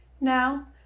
Now